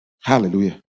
hallelujah